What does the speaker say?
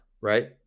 right